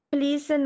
Please